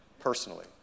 personally